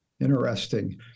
Interesting